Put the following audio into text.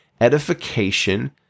edification